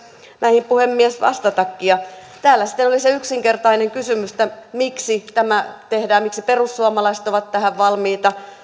näihin puhemies vastatakin täällä oli sitten se yksinkertainen kysymys miksi tämä tehdään miksi perussuomalaiset ovat tähän valmiita